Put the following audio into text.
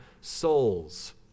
souls